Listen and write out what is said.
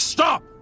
Stop